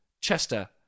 Chester